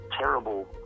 terrible